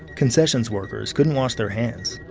concessions workers couldn't wash their hands.